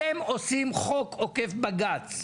אתם עושים חוק עוקף בג"ץ.